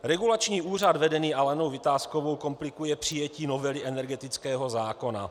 Regulační úřad vedený Alenou Vitáskovou komplikuje přijetí novely energetického zákona.